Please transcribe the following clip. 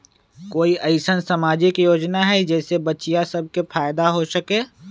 कोई अईसन सामाजिक योजना हई जे से बच्चियां सब के फायदा हो सके?